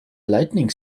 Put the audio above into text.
lightening